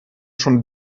schon